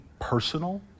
personal